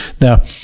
Now –